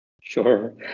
Sure